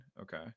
okay